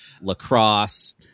lacrosse